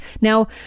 Now